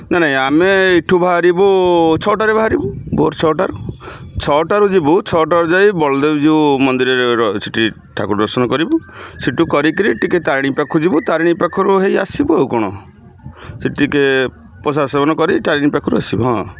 ନାଇଁ ନାଇଁ ଆମେ ଏଠୁ ବାହାରିବୁ ଛଅଟାରେ ବାହାରିବୁ ଭୋର ଛଅଟାରୁ ଛଅଟାରୁ ଯିବୁ ଛଅଟାରୁ ଯାଇ ବଳଦେବ ଜିଉ ମନ୍ଦିରରେ ସେଇଠି ଠାକୁର ଦର୍ଶନ କରିବୁ ସେଠୁ କରିକିରି ଟିକେ ତାରିଣୀ ପାଖରୁ ଯିବୁ ତାରିଣୀ ପାଖରୁ ହେଇ ଆସିବୁ ଆଉ କ'ଣ ସେଇଠି ଟିକେ ପ୍ରସାଦ ସେବନ କରି ତାରିଣୀ ପାଖରୁ ଆସିବୁ ହଁ